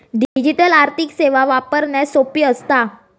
digital आर्थिक सेवा वापरण्यास सोपी असता